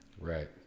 Right